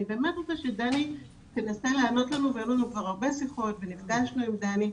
אני רוצה שדני תנסה לענות לנו והיו לנו כבר הרבה שיחות ונפגשנו עם דני,